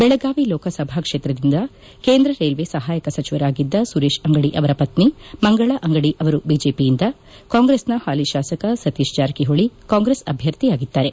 ಬೆಳಗಾವಿ ಲೋಕಸಭಾ ಕ್ಷೇತ್ರದಿಂದ ಕೇಂದ್ರ ರೈಲ್ವೆ ಸಹಾಯಕ ಸಚಿವರಾಗಿದ್ದ ಸುರೇಶ್ ಅಂಗದಿ ಅವರ ಪತ್ನಿ ಮಂಗಳಾ ಅಂಗದಿ ಅವರು ಬಿಜೆಪಿಯಿಂದ ಕಾಂಗ್ರೆಸ್ನ ಹಾಲಿ ಶಾಸಕ ಸತೀಶ್ ಜಾರಕಿಹೋಳಿ ಕಾಂಗ್ರೆಸ್ ಅಭ್ಯರ್ಥಿಯಾಗಿದ್ದಾರೆ